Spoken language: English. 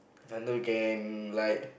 have no gang like